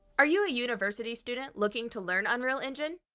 are you a university student looking to learn unreal engine?